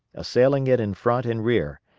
assailing it in front and rear,